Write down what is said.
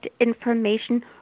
information